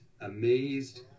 amazed